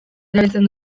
erabiltzen